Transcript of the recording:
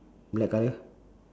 black colour